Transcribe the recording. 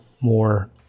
more